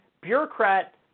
bureaucrat